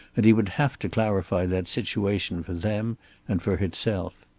and he would have to clarify that situation for them and for himself.